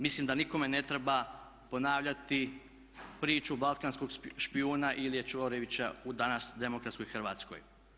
Mislim da nikome ne treba ponavljati priču balkanskog šijuna Ilije Čvorevića u danas demokratskoj Hrvatskoj.